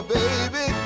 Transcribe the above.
baby